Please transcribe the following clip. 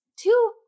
two